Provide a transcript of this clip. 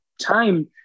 time